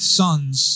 sons